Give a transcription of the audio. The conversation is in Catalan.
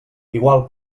igual